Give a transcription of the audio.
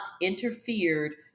interfered